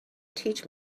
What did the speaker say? teach